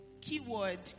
Keyword